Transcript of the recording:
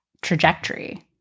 trajectory